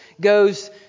goes